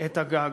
את הגעגוע,